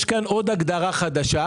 יש כאן עוד הגדרה חדשה,